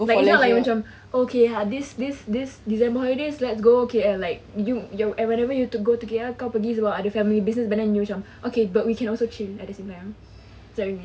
but it's not like macam okay ah this this this december holidays let's go K_L like you and whenever you go to K_L kau pergi sebab ada family business but then you macam okay we can also chill at the same time is that what you mean